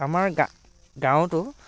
আমাৰ গা গাঁৱতো